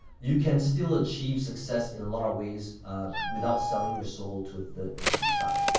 you can still achieve success in a lot of ways without selling your soul to a third party, bye.